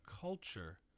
culture